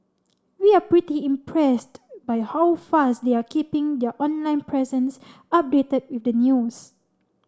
we're pretty impressed by how fast they're keeping their online presence updated with the news